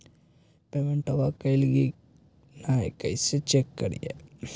पेमेंटबा कलिए की नय, कैसे चेक करिए?